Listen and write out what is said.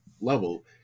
level